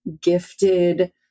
gifted